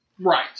right